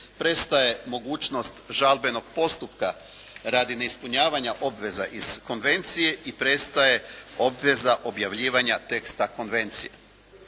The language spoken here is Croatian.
Prestaje mogućnost žalbenog postupka radi neispunjavanja obveza iz Konvencije. I prestaje obveza objavljivanja teksta Konvencije.